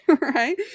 right